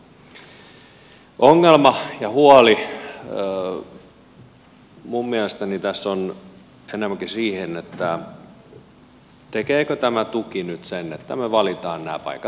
ongelma ja huoli minun mielestäni tässä on enemmänkin siitä tekeekö tämä tuki nyt sen että me valitsemme nämä paikat todellakin väärin